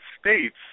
States